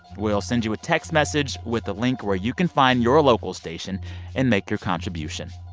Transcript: we'll send you a text message with a link where you can find your local station and make your contribution.